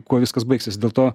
kuo viskas baigsis dėl to